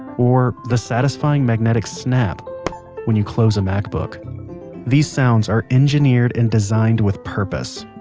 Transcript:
or the satisfying magnetic snap when you close a macbook these sounds are engineered and designed with purpose.